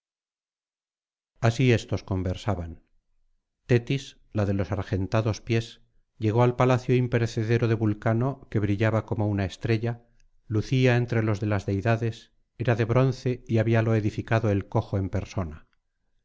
así éstos conversaban tetis la de los argentados pies llegó al palacio imperecedero de vulcano que brillaba como una estrella lucía entre los de las deidades era de bronce y habíalo edificado el cojo en persona